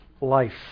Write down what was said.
Life